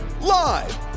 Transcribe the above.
Live